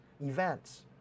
events